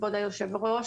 אדוני היושב ראש,